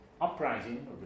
uprising